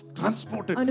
transported